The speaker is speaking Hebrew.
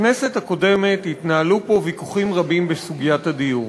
בכנסת הקודמת התנהלו פה ויכוחים רבים בסוגיית הדיור,